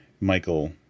Michael